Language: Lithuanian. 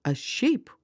aš šiaip